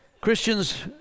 Christians